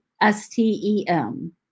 S-T-E-M